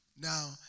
Now